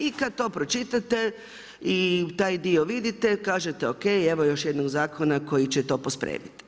I kad to pročitate, i taj dio vidite, kažete ok, evo još jednog zakona koji će to pospremiti.